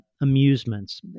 amusements